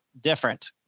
different